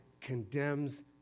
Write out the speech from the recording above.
condemns